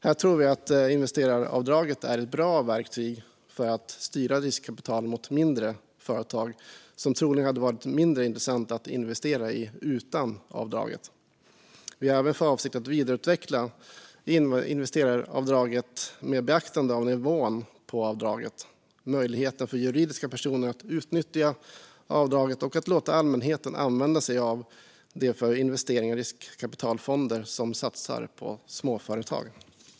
Här tror vi att investeraravdraget är ett bra verktyg för att styra riskkapital mot mindre företag, som troligen hade varit mindre intressanta att investera i utan avdraget. Vi har även för avsikt att vidareutveckla investeraravdraget med beaktande av nivån på avdraget, möjligheten för juridiska personer att utnyttja avdraget och möjligheten att låta allmänheten använda sig av det för investeringar i riskkapitalfonder som satsar på småföretag.